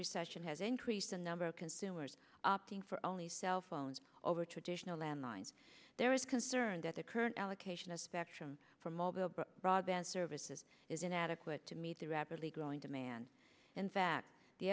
recession has increased the number of consumers opting for only cell phones over traditional landlines there is concern that the current allocation of spectrum for mobile broadband services is inadequate to meet the rapidly growing demand in